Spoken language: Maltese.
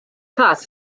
każ